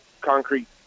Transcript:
concrete